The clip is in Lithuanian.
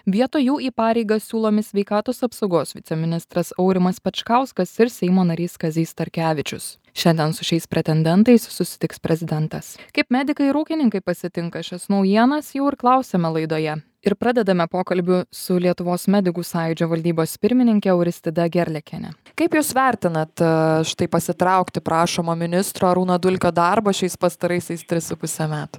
vietoj jų į pareigas siūlomi sveikatos apsaugos viceministras aurimas pečkauskas ir seimo narys kazys starkevičius šiandien su šiais pretendentais susitiks prezidentas kaip medikai ir ūkininkai pasitinka šias naujienas jų ir klausiame laidoje ir pradedame pokalbį su lietuvos medikų sąjūdžio valdybos pirmininke auristida gerliakiene kaip jūs vertinat štai pasitraukti prašomo ministro arūno dulkio darbas šiais pastaraisiais tris su puse metų